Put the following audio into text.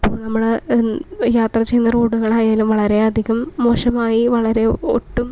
ഇപ്പം നമ്മള് യാത്ര ചെയ്യുന്ന റോഡുകളായാലും വളരെയധികം മോശമായി വളരെ ഒട്ടും